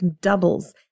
doubles